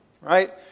Right